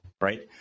right